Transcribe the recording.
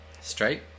Straight